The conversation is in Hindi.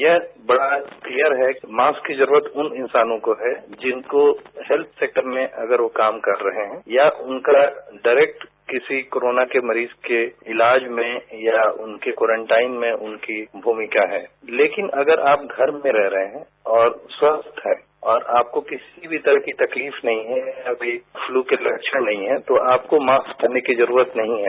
यह बड़ा क्लीयर है कि माक्स की जरूरत उन इंसानों को है जिनको हेत्थ सेक्टर में अगर वो काम कर रहे हैं या उनका डायरेक्ट किसी कोरोना के मरीज के इलाज में या उनके कोरेंटाइन में उनकी भूमिका है लेकिन अगर आप घर में रह रहे हैं और स्वस्थ हैं आपको किसी भी तरह की तकलीफ नहीं हैं अमी फ्लू के लक्षण नहीं हैं तो आपको माक्स पहनने की जरूरत नहीं है